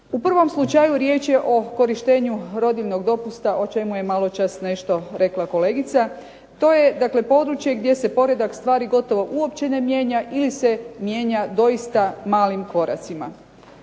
U pravom slučaju riječ je o korištenju rodiljnog dopusta o čemu je maločas nešto rekla kolegica. To je dakle područje gdje se poredak stvari gotovo uopće ne mijenja ili se mijenja doista malim koracima.